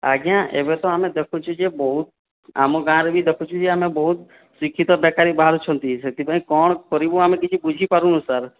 ଆଜ୍ଞା ଏବେ ତ ଆମେ ଦେଖୁଛୁ ଯେ ବହୁତ ଆମ ଗାଁ ରେ ବି ଦେଖୁଛୁ ଯେ ଆମେ ବହୁତ ଶିକ୍ଷିତ ବେକାରୀ ବାହାରୁଛନ୍ତି ସେଥିପାଇଁ କ'ଣ କରିବୁ ଆମେ କିଛି ବୁଝିପାରୁନାହୁଁ ସାର୍